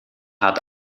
hat